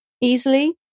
easily